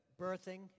birthing